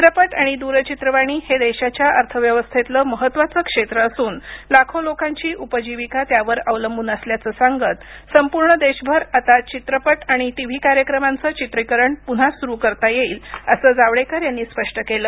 चित्रपट आणि द्रचित्रवाणी हे देशाच्या अर्थव्यवस्थेतलं महत्त्वाचं क्षेत्र असून लाखो लोकांची उपजीविका त्यावर अवलंबून असल्याचं सांगत संपूर्ण देशभर आता चित्रपट आणि टीव्ही कार्यक्रमांचं चित्रीकरण पुन्हा सुरू करता येईल असं जावडेकर यांनी स्पष्ट केलं